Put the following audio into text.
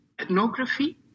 ethnography